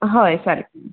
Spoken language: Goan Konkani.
हय सारकें